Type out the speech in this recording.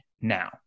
now